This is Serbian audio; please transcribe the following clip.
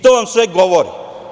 To vam sve govori.